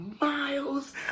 Miles